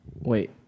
Wait